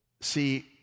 See